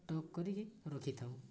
stock କରିକି ରଖିଥାଉ